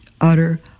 utter